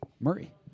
Murray